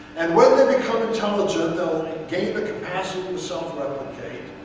and when they become intelligent, they'll gain the capacity to self-replicate.